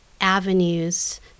avenues